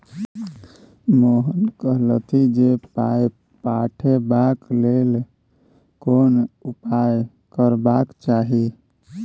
मोहन कहलथि जे पाय पठेबाक लेल कोन उपाय करबाक चाही